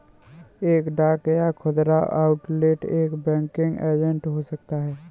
एक डाक या खुदरा आउटलेट एक बैंकिंग एजेंट हो सकता है